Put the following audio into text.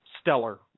stellar